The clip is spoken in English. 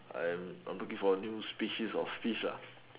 I am I'm looking forward for new species of fish lah